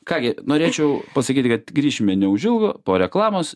ką gi norėčiau pasakyti kad grįšime neužilgo po reklamos